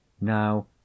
Now